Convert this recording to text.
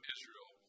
Israel